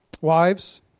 Wives